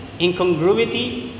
incongruity